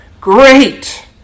Great